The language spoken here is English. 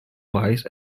pies